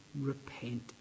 repent